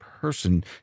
person